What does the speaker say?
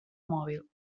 mòbil